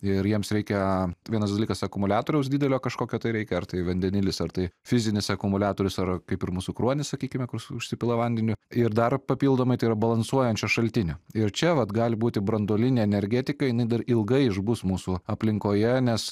ir jiems reikia vienas dalykas akumuliatoriaus didelio kažkokio tai reikia ar tai vandenilis ar tai fizinis akumuliatorius ar kaip ir mūsų kruonis sakykime kurs užsipila vandeniu ir dar papildomai tai yra balansuojančio šaltinio ir čia vat gali būti branduolinė energetika jinai dar ilgai išbus mūsų aplinkoje nes